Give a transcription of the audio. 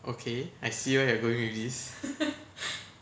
okay I see where we're going with this